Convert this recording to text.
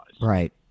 right